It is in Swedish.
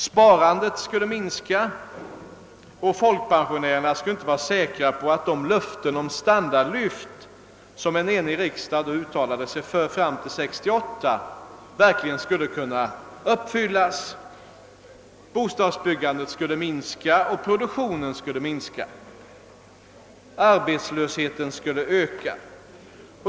Sparandet skulle minska och folkpensionärerna skulle inte kunna vara säkra på att de löften om standardlyft, som en enig riksdag hade uttalat sig för fram till 1968, verkligen skulle uppfyllas. Bostadsbyggandet och produktionen skulle minska; arbetslösheten skulle öka.